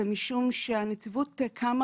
זה משום שהנציבות קמה,